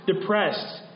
depressed